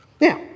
Now